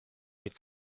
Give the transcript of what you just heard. mit